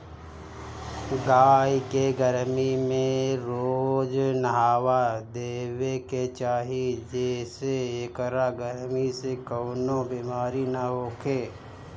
गाई के गरमी में रोज नहावा देवे के चाही जेसे एकरा गरमी से कवनो बेमारी ना होखे